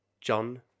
John